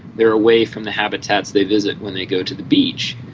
they are away from the habitats they visit when they go to the beach,